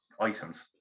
items